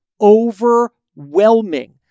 overwhelming